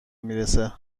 میرسه